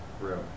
room